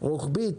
רוחבית,